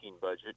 budget